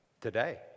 Today